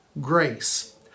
grace